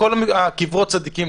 קברות צדיקים,